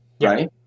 Right